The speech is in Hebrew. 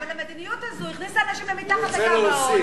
אבל המדיניות הזאת הכניסה אנשים אל מתחת לקו העוני.